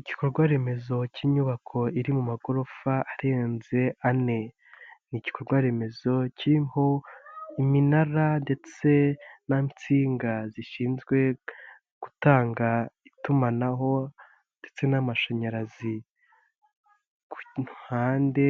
Igikorwaremezo cy'inyubako iri mu magorofa arenze ane, ni korwaremezo kiriho iminara ndetse na nsinga zishinzwe gutanga itumanaho ndetse n'amashanyarazi, ku ruhande